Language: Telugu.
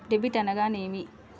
డెబిట్ అనగానేమి?